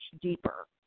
deeper